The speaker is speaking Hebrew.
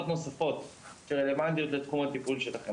נוספות שרלוונטיות לתחום הטיפול שלכם,